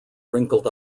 wrinkled